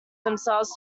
themselves